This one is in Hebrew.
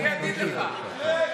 תמשיך, בבקשה.